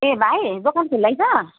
ए भाइ दोकान खुल्लै छ